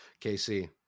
KC